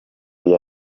bya